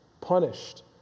punished